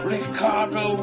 Ricardo